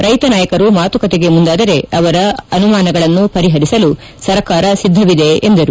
ರೈತ ನಾಯಕರು ಮಾತುಕತೆಗೆ ಮುಂದಾದರೆ ಅವರ ಅನುಮಾನಗಳನ್ನು ಪರಿಪರಿಸಲು ಸರ್ಕಾರ ಸಿದ್ದವಿದೆ ಎಂದರು